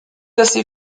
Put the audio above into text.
assez